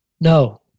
No